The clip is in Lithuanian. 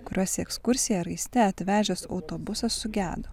kuriuos į ekskursiją raiste atvežęs autobusas sugedo